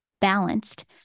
balanced